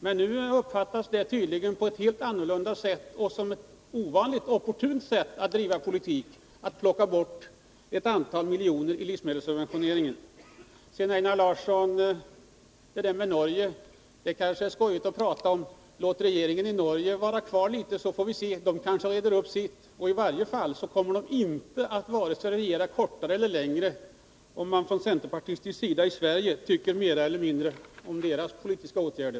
Men nu uppfattas det tydligen som ett opportunt sätt att driva politik om man vill plocka bort ett antal miljoner från livsmedelssubventioneringen. Einar Larsson kanske tycker att det är skojigt att prata om Norge. Men låt oss vänta med det tills regeringen har suttit litet längre. Den kanske reder ut sina problem. I varje fall kommer den inte att regera vare sig kortare eller längre tid för att man från centerpartistiskt håll i Sverige tycker mer eller mindre om deras politiska åtgärder.